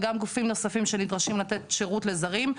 וגם גופים נוספים שנדרשים לתת שירות לזרים,